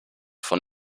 von